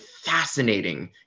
fascinating